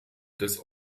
des